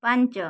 ପାଞ୍ଚ